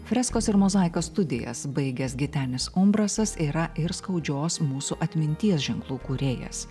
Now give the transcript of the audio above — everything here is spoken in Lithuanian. freskos ir mozaikos studijas baigęs gitenis umbrasas yra ir skaudžios mūsų atminties ženklų kūrėjas